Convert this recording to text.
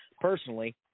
personally